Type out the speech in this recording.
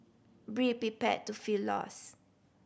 be prepared to feel lost